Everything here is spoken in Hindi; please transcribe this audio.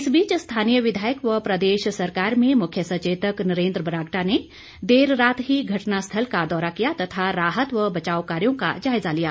इस बीच स्थानीय विधायक व प्रदेश सरकार में मुख्य सचेतक नरेन्द्र बरागटा ने देर रात ही घटना स्थल का दौरा किया तथा राहत व बचाव कार्यों का जायजा लिया